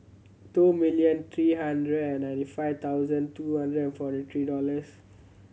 two million three hundred and ninety five thousand two hundred and forty three dollars